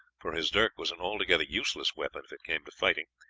for his dirk was an altogether useless weapon if it came to fighting.